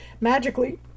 magically